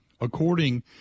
according